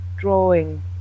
drawing